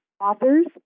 authors